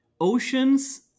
Oceans